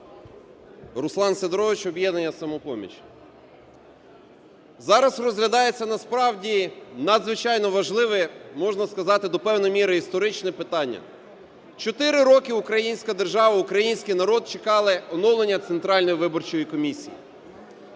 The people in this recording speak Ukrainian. Руслан Сидорович, "Об'єднання "Самопоміч". Зараз розглядається насправді надзвичайно важливе, можна сказати, до певної міри історичне питання. Чотири роки українська держава, український народ чекали оновлення Центральної виборчої комісії.